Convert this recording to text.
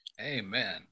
Amen